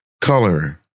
color